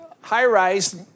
high-rise